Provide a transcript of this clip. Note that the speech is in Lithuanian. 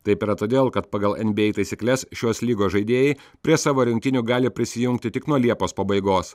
taip yra todėl kad pagal nba taisykles šios lygos žaidėjai prie savo rinktinių gali prisijungti tik nuo liepos pabaigos